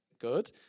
good